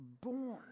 born